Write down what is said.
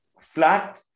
flat